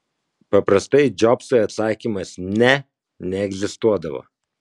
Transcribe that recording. paprastai džobsui atsakymas ne neegzistuodavo